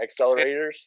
accelerators